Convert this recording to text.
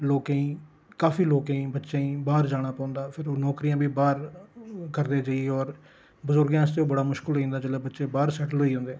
लोकें गी काफी लोकें गी बच्चें गी बाह्र जाना पौंदा नौकरी बी बाह्र करदे जाइयै बज़ुर्गें आस्तै बड़ा मुश्किल होई जंदा जिसलै बच्चे बाह्र सैटल होई जंदे न